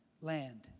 land